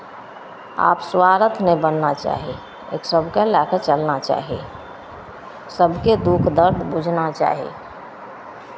आब स्वार्थ नहि बनना चाही सभकेँ लए कऽ चलना चाही सभके दुःख दर्द बुझना चाही